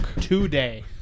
Today